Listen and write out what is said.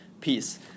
peace